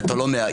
כי אתה לא מהעיר.